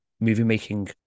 movie-making